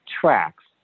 tracks